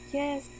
yes